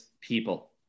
people